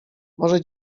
może